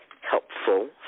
helpful